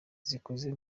zikoze